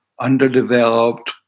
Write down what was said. underdeveloped